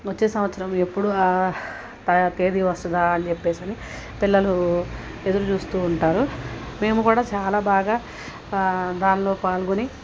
వచ్చే సంవత్సరం ఎప్పుడు ఆ ఆ తేదీ వస్తదా అని చెప్పేసి పిల్లలు ఎదురు చూస్తూ ఉంటారు మేము కూడా చాలా బాగా దానిలో పాల్గొని